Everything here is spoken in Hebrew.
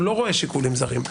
הוא לא רואה שיקולים זרים,